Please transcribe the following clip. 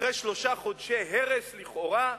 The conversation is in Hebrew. אחרי שלושה חודשי הרס לכאורה,